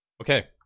Okay